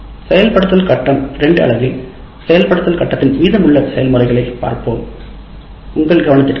செயல்படுத்தல் கட்டம் 2 ஆகும் அடுத்த பகுதிகள் மீதமுள்ள செயல்முறையைப் பார்ப்போம் உங்கள் கவனத்திற்கு நன்றி